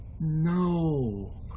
No